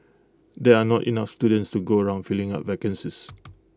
there are not enough students to go around filling up vacancies